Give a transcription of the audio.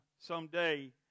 someday